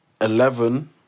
Eleven